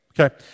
Okay